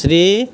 Shri